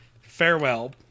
farewell